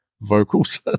vocals